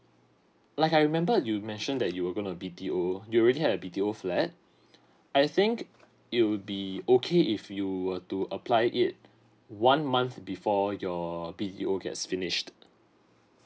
like I remember you mention that you were going to B_T_O you already have B_T_O flat I think it would be okay if you were to apply it one month before your B_T_O gets finished